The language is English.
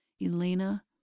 Elena